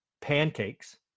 pancakes